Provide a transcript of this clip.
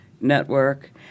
network